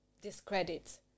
discredit